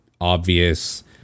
obvious